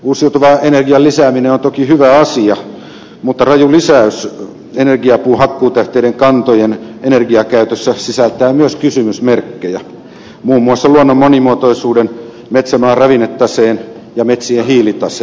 uusiutuvan energian lisääminen on toki hyvä asia mutta raju lisäys energiapuuhakkuutähteiden kantojen energiakäytössä sisältää myös kysymysmerkkejä muun muassa luonnon monimuotoisuuden metsämaan ravinnetaseen ja metsien hiilitaseen osalta